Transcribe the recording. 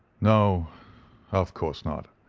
no of course not.